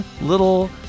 little